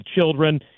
children